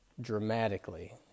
dramatically